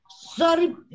Sorry